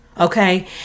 Okay